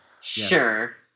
Sure